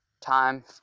time